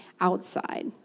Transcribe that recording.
outside